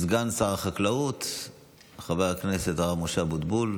סגן שר החקלאות חבר הכנסת הרב משה אבוטבול,